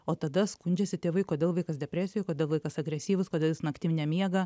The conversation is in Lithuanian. o tada skundžiasi tėvai kodėl vaikas depresijoj kodėl vaikas agresyvus kodėl jis naktim nemiega